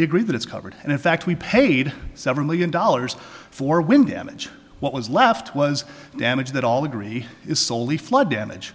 we agree that it's covered and in fact we paid seven million dollars for wind damage what was left was damage that all agree is soley flood damage